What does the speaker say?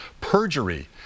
perjury